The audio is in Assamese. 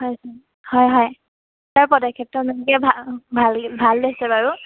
হয় ছাৰ হয় হয় তাৰ পদক্ষেপটো আপোনালোকে ভাল ভালেই ভাল লৈছে বাৰু